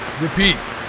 Repeat